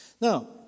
Now